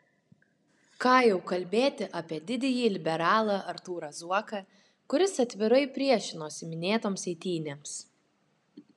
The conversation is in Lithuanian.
ką jau kalbėti apie didįjį liberalą artūrą zuoką kuris atvirai priešinosi minėtoms eitynėms